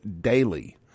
daily